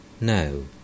No